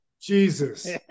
jesus